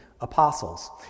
apostles